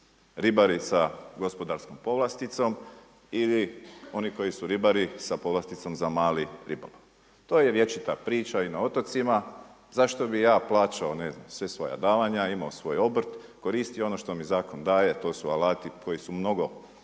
ribari sa gospodarskom povlasticom ili oni koji su ribari sa povlasticom za mali ribolov. To je vječita priča i na otocima, zašto bi ja plaćao ne znam sva svoja davanja, imao svoj obrt, koristio ono što mi zakon daje, a to su alati koji su mnog opširniji